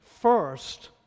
first